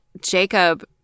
Jacob